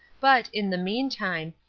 but, in the meantime,